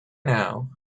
know